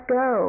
go